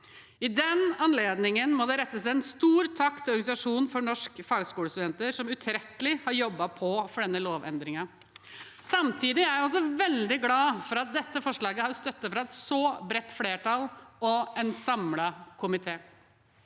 I den anledning må det rettes en stor takk til Organisasjon for Norske Fagskolestudenter, som utrettelig har jobbet på for denne lovendringen. Samtidig er jeg veldig glad for at dette forslaget har støtte fra et så bredt flertall og en samlet komité.